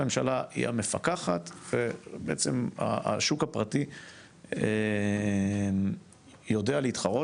הממשלה היא המפקחת ובעצם השוק הפרטי יודע להתחרות,